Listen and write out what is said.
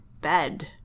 bed